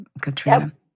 Katrina